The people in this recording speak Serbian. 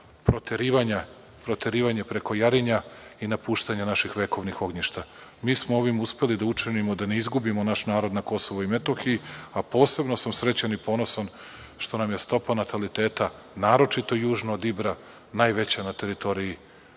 proterivanje preko Jarinja i napuštanje naših vekovnih ognjišta. Mi smo ovim uspeli da učinimo da ne izgubimo naš narod na Kosovu i Metohiji, a posebno sam srećan i ponosan što nam je stopa nataliteta, naročito južno od Ibra, najveća na teritoriji,